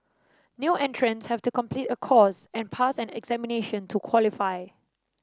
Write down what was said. new entrants have to complete a course and pass an examination to qualify